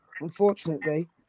unfortunately